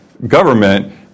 government